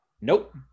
Nope